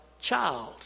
child